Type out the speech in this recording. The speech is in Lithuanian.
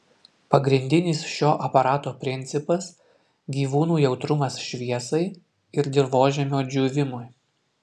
pagrindinis šio aparato principas gyvūnų jautrumas šviesai ir dirvožemio džiūvimui